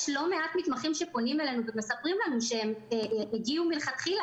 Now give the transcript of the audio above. יש לא מעט מתמחים שפונים אלינו ומספרים לנו שהם הגיעו מלכתחילה